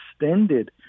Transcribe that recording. extended